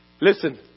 Listen